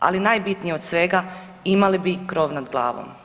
Ali najbitnije od svega imali bi krov nad glavom.